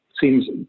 seems